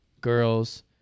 girls